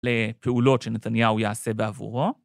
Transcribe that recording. לפעולות שנתניהו יעשה בעבורו.